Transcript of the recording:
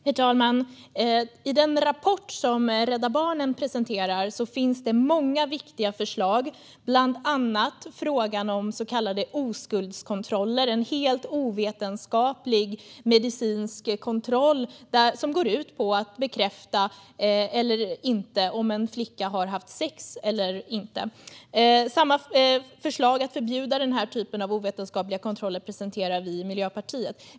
Herr talman! I den rapport som Rädda Barnen presenterar finns det många viktiga förslag. Det gäller bland annat frågan om så kallade oskuldskontroller. Det är en helt ovetenskaplig medicinsk kontroll som går ut på att bekräfta om en flicka har eller inte har haft sex. Samma förslag att förbjuda den här typen av ovetenskapliga kontroller presenterar vi i Miljöpartiet.